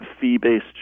fee-based